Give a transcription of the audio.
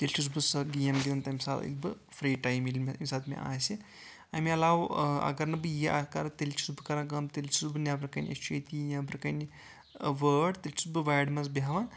تیٚلہِ چُھس بہٕ سۄ گیم گنٛدان تمہِ ساتہٕ ییٚلہِ بہٕ فری ٹایم مِلہِ مےٚ ییٚمہِ ساتہٕ مےٚ آسہِ اَمہِ علاوٕ اَگر نہٕ بہٕ یہِ اکھ کَرٕ تیٚلہِ چُھس بہٕ کَران کٲم چُھس بہٕ نٮ۪برٕ کنۍ وٲر تیٚلہِ چُھس بہٕ وارِ منٛز بیٚہوان